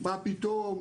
מה פתאום?